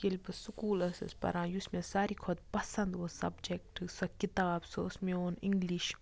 ییٚلہِ بہٕ سکوٗل ٲسٕس پَران یُس مےٚ ساروی کھۄتہٕ پَسنٛد اوس سَبجَکٹ سۄ کِتاب سُہ اوس میون اِںٛگلِش